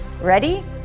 Ready